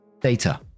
Data